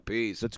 Peace